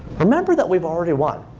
remember that we've already won.